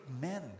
men